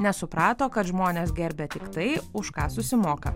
nes suprato kad žmonės gerbia tiktai už ką susimoka